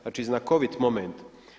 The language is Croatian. Znači, znakovit moment.